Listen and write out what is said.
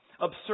Absurd